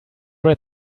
read